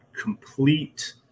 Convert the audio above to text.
Complete